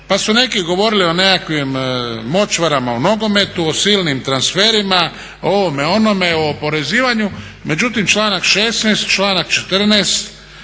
Pa su neki govorili o nekakvim močvarama u nogometu, o silnim transferima o ovome, onome o oporezivanju. Međutim, članak 16., članak 14.